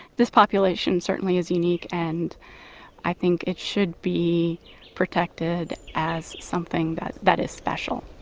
this population certainly is unique and i think it should be protected as something that that is special.